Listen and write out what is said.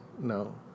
No